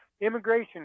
Immigration